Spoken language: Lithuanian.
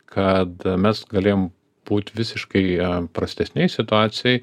kad mes galėjom būt visiškai prastesnėj situacijoj